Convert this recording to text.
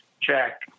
Jack